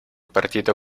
partito